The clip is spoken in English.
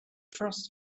first